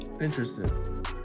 Interesting